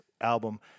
album